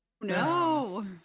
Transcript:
no